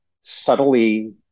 subtly